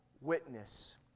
witness